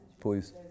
please